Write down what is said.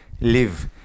live